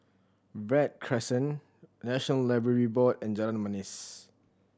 Verde Crescent National Library Board and Jalan Manis